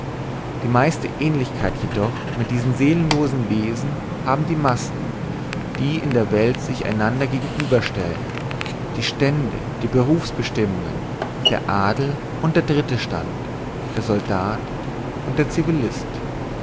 die meiste ähnlichkeit jedoch mit diesen seelenlosen wesen haben die massen die in der welt sich einander gegenüberstellen die stände die berufsbestimmungen der adel und der dritte stand der soldat und der